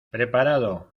preparado